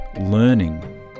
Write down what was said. learning